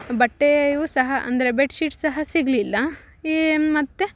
ಬಟ್ಟೆಯು ಸಹ ಅಂದರೆ ಬೆಡ್ಶೀಟ್ ಸಹ ಸಿಗಲಿಲ್ಲ ಇನ್ನು ಮತ್ತು